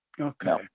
Okay